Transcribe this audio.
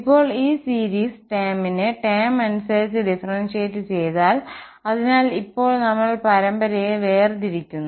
ഇപ്പോൾ ഈ സീരീസ് ടേമിനെ ടേം അനുസരിച്ച് ഡിഫറന്സിയേറ്റ് ചെയ്താൽ അതിനാൽ ഇപ്പോൾ നമ്മൾ പരമ്പരയെ വേർതിരിക്കുന്നു